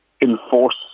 enforce